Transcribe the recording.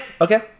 okay